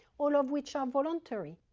all of which are voluntary.